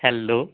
hello